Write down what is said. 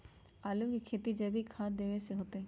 आलु के खेती जैविक खाध देवे से होतई?